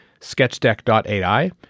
SketchDeck.ai